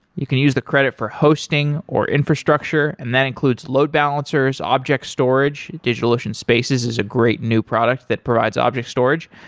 you can use the credit for hosting, or infrastructure, and that includes load balancers, object storage. digitalocean spaces is a great new product that provides object storage,